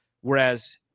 Whereas